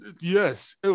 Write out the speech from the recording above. yes